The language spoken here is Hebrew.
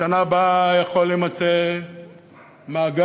בשנה הבאה יכול להימצא מאגר,